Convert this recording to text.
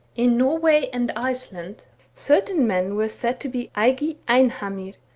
in norway and iceland certain men were said to be eigi einhamir,